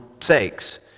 sakes